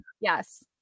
Yes